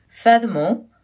Furthermore